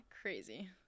Crazy